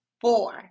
four